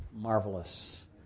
marvelous